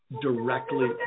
directly